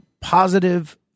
positive